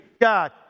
God